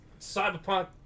cyberpunk